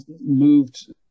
moved